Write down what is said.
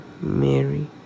mary